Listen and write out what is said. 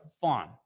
fun